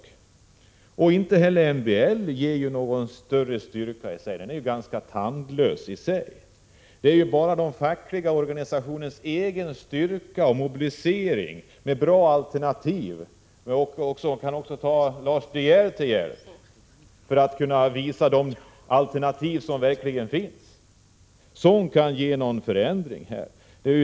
Inte heller MBL innebär någon större styrka. MBL är i och för sig ganska tandlös. Det är bara den fackliga organisationens egen styrka och goda alternativ — man kan också ta Lars De Geer till hjälp när det gäller att visa vilka alternativ som finns — som kan medföra någon förändring.